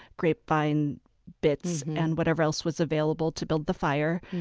grapevine bits, and whatever else was available to build the fire.